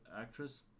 actress